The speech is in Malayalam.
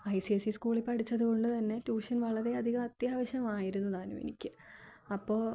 ഐ സി ഐ സി സ്കൂളിൽ പഠിച്ചതുകൊണ്ടു തന്നെ ട്യൂഷൻ വളരെ അധികം അത്യാവശ്യമായിരുന്നു താനും എനിക്ക് അപ്പോൾ